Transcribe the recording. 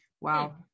Wow